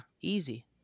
Easy